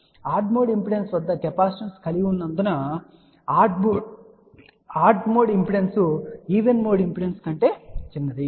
కాబట్టి odd mode impedance పెద్ద capacitance కలిగి ఉన్నందున odd mode impedance even mode impedance కంటే చిన్నది